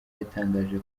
yatangaje